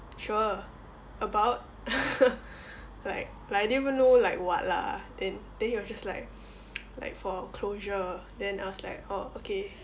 sure about like like I didn't even know like what lah then then he was just like like for a closure then I was like oh okay